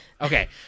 Okay